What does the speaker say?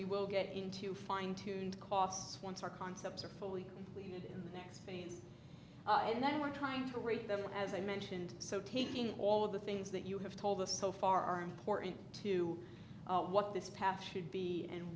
we will get into fine tuned costs once our concepts are fully completed in the next phase and then we're trying to rate them as i mentioned so taking all of the things that you have told us so far are important to what this path should be and